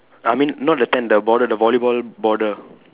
I mean not the tent the border the volleyball border